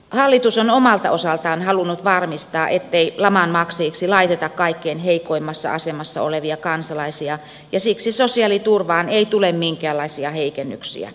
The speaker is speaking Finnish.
hallitus on omalta osaltaan halunnut varmistaa ettei laman maksajiksi laiteta kaikkein heikoimmassa asemassa olevia kansalaisia ja siksi sosiaaliturvaan ei tule minkäänlaisia heikennyksiä